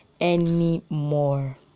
anymore